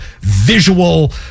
visual